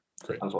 great